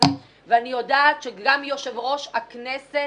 אני יודעת שגם יושב-ראש הכנסת,